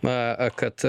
na kad